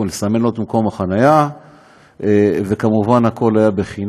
לסמן לו את מקום החניה, וכמובן, הכול היה חינם.